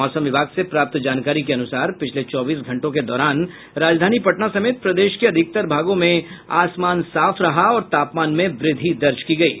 मौसम विभाग से प्राप्त जानकारी के अनुसार पिछले चौबीस घंटों के दौरान राजधानी पटना समेत प्रदेश के अधिकतर भागों में आसमान साफ रहा और तापमान में वृद्धि दर्ज की गयी